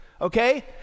Okay